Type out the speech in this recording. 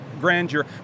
grandeur